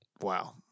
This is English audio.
Wow